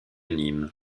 nîmes